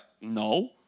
no